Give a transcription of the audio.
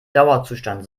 dauerzustand